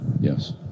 yes